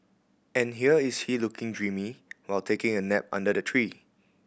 and here is he looking dreamy while taking a nap under the tree